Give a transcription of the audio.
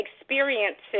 experiences